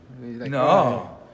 No